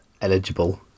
eligible